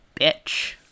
Bitch